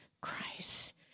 Christ